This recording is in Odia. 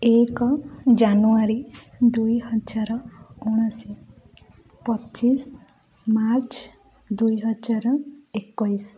ଏକ ଜାନୁଆରୀ ଦୁଇହଜାର ଉଣେଇଶ ପଚିଶ ମାର୍ଚ୍ଚ ଦୁଇହଜାର ଏକୋଇଶ